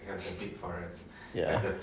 ya